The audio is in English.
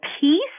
peace